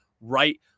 right